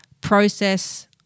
process